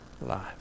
life